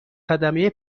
خدمه